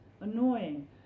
annoying